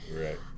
right